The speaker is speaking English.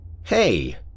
Hey